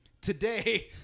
today